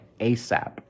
ASAP